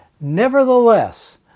Nevertheless